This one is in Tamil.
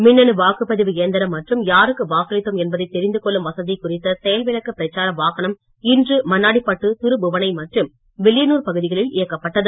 மின்னணு வாக்குப்பதிவு எந்திரம் மற்றும் யாருக்கு வாக்களித்தோம் என்பதை தெரிந்துகொள்ளும் வசதி குறித்த செயல்விளக்க பிரச்சார வாகனம் இன்று மண்ணாடிப்பேட்டை திருபுவனை மற்றும் வில்லியனூர் பகுதிகளில் இயக்கப்பட்டது